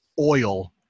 oil